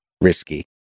risky